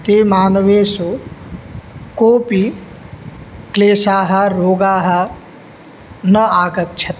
ते मानवेषु कोपि क्लेशाः रोगाः न आगच्छन्ति